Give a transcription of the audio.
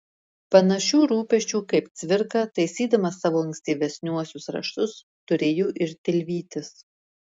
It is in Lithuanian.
panašių rūpesčių kaip cvirka taisydamas savo ankstyvesniuosius raštus turėjo ir tilvytis